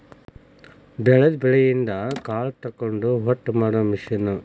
ಬೆಳದಿದ ಬೆಳಿಯಿಂದ ಕಾಳ ತಕ್ಕೊಂಡ ಹೊಟ್ಟ ಮಾಡು ಮಿಷನ್